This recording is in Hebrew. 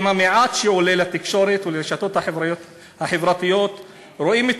במעט שעולה לתקשורת ולרשתות החברתיות רואים את